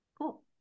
Cool